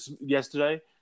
yesterday